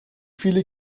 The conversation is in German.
viele